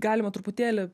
galima truputėlį